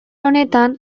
honetan